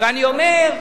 ואני אומר: